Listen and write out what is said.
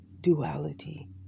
duality